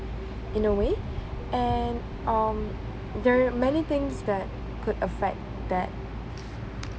in a way and um there are many things that could affect that